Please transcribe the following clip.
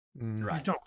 right